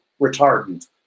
retardant